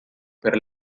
per